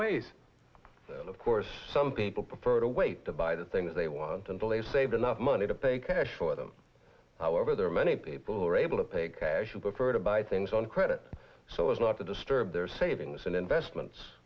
ways of course some people prefer to wait to buy the things they want until they've saved enough money to pay cash for them however there are many people who are able to pay cash prefer to buy things on credit so as not to disturb their savings and investments